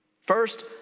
First